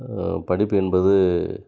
படிப்பு என்பது